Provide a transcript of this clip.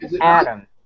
Adam